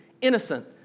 innocent